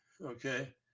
Okay